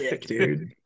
dude